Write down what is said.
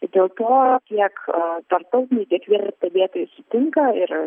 dėl to tiek tarptautiniai tiek vietos stebėtojai sutinka ir